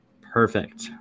Perfect